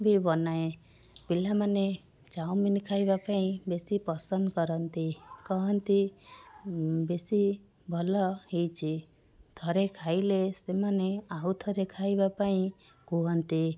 ବି ବନାଏ ପିଲାମାନେ ଚାଓମିନ ଖାଇବା ପାଇଁ ବେଶୀ ପସନ୍ଦ କରନ୍ତି କହନ୍ତି ବେଶୀ ଭଲ ହେଇଛି ଥରେ ଖାଇଲେ ସେମାନେ ଆଉଥରେ ଖାଇବା ପାଇଁ କୁହନ୍ତି